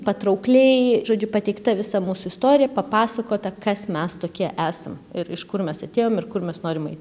patraukliai žodžiu pateikta visa mūsų istorija papasakota kas mes tokie esam ir iš kur mes atėjom ir kur mes norim eiti